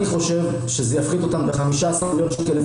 אני חושב שזה יפחית אותם ב-15 מיליון שקל,